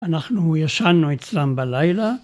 אנחנו ישנו אצלם בלילה.